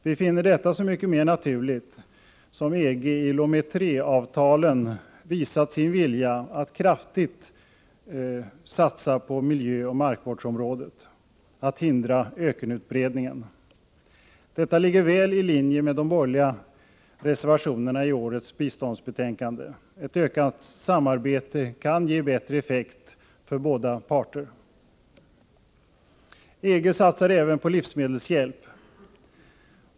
Vi finner detta så mycket mer naturligt som EG i Lomé III-avtalen visat sin vilja att kraftigt satsa på miljöoch markvårdsområdet, att hindra ökenutbredningen. Detta ligger väl i linje med de borgerliga reservationerna till årets biståndsbetänkande. Ett ökat samarbete kan ge bättre effekt för båda parter. EG satsar även på livsmedelshjälp.